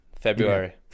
february